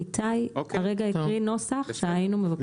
איתי הרגע הקריא נוסח שהיינו מבקשים לשנות.